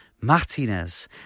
Martinez